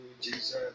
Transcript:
Jesus